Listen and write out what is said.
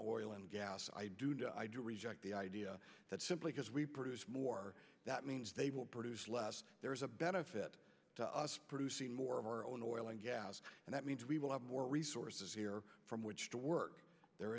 oil and gas i do reject the idea that simply because we produce more that means they will produce less there is a benefit to us producing more of our own oil and gas and that means we will have more resources here from which to work there